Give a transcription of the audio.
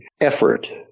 effort